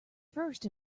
first